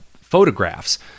photographs